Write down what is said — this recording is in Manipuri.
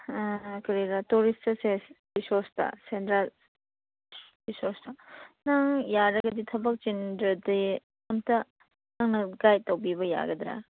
ꯑꯥ ꯀꯔꯤꯔꯥ ꯇꯨꯔꯤꯁ ꯆꯠꯁꯦ ꯔꯤꯁꯣꯁꯇ ꯁꯦꯟꯗ꯭ꯔꯥ ꯔꯤꯁꯣꯁꯇ ꯅꯪ ꯌꯥꯔꯒꯗꯤ ꯊꯕꯛ ꯆꯤꯟꯗ꯭ꯔꯗꯤ ꯑꯝꯇ ꯅꯪꯅ ꯒꯥꯏꯗ ꯇꯧꯕꯤꯕ ꯌꯥꯒꯗ꯭ꯔꯥ